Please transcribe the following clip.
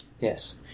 Yes